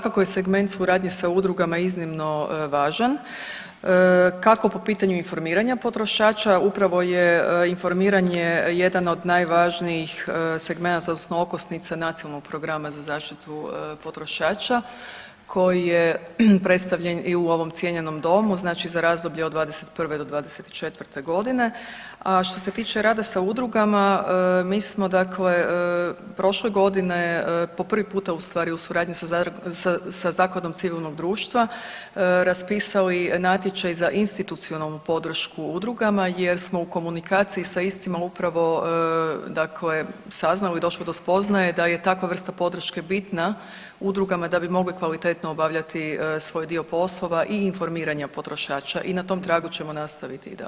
Svakako je segment suradnje sa udrugama iznimno važan, kako po pitanju informiranja potrošača, upravo je informiranje jedan od najvažnijih segmenata odnosno okosnica Nacionalnog programa za zaštitu potrošača koji je predstavljen i u ovom cijenjenom Domu, znači za razdoblje od '21.-'24. g., a što se tiče rada sa udrugama, mi smo dakle prošle godine po prvi puta ustvari sa suradnji Zakladom civilnog društva raspisali natječaj za institucionalnu podršku udrugama jer smo u komunikaciji sa istima upravo dakle saznali, došli do spoznaje da je takva vrsta podrške bitna udrugama da bi mogle kvalitetno obavljati svoj dio poslova i informiranja potrošača i na tom tragu ćemo nastaviti i dalje.